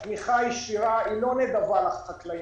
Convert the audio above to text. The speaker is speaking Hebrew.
התמיכה הישירה היא לא נדבה לחקלאים.